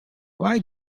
why